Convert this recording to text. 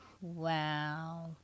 Wow